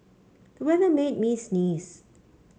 the weather made me sneeze